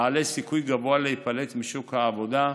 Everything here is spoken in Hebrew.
בעלי סיכוי גבוה להיפלט משוק העבודה,